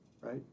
right